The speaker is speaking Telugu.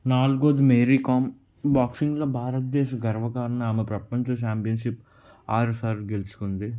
నాలుగోది మేరికామ్ బాక్సింగ్లో భారతదేశ గర్వకారణ ఆమె ప్రపంచ ఛాంపియన్షిప్ ఆరోసారి గెలుచుకుంది